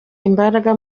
imbaraga